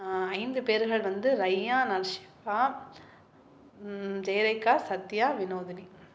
ஐந்து பேர்கள் வந்து ரையான் நஷீகா ஜெயரேகா சத்யா வினோதினி